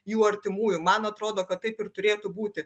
jų artimųjų man atrodo kad taip ir turėtų būti